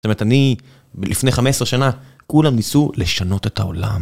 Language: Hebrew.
זאת אומרת, אני, לפני 15 שנה, כולם ניסו לשנות את העולם.